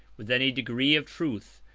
with any degree of truth,